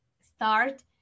start